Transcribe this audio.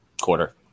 quarter